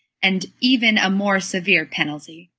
and even a more severe penalty.